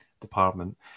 department